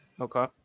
Okay